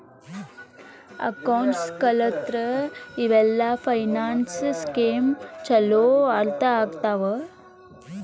accounts ಕಲತ್ರ ಇವೆಲ್ಲ finance scheme ಚೊಲೋ ಅರ್ಥ ಆಗ್ತವಾ